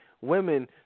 women